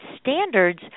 standards